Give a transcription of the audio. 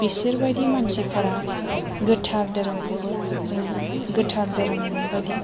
बेसोर बायदि मानसिफोरा गोथार धोरोमखौबो जोङो गोथार धोरोम नङैबायदि